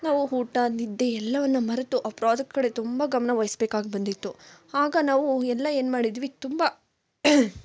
ನಾವು ಊಟ ನಿದ್ದೆ ಎಲ್ಲವನ್ನು ಮರೆತು ಆ ಪ್ರಾಜೆಕ್ಟ್ ಕಡೆ ತುಂಬ ಗಮನ ವಹಿಸ್ಬೇಕಾಗಿ ಬಂದಿತ್ತು ಆಗ ನಾವು ಎಲ್ಲ ಏನು ಮಾಡಿದ್ವಿ ತುಂಬ